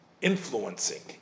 influencing